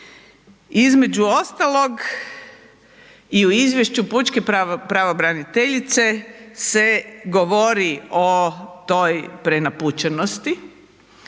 Između ostalog i u izvješću pučke pravobraniteljice se govori o toj prenapučenosti